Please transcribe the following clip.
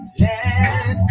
let